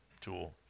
tool